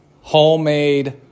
homemade